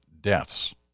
deaths